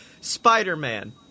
spider-man